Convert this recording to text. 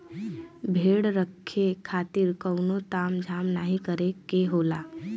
भेड़ रखे खातिर कउनो ताम झाम नाहीं करे के होला